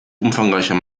umfangreicher